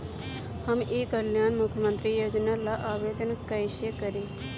हम ई कल्याण मुख्य्मंत्री योजना ला आवेदन कईसे करी?